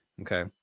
Okay